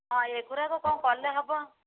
ହଁ ଏ ଗୁଡ଼ାକ କ'ଣ କଲେ ହବ